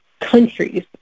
countries